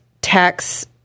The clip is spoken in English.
tax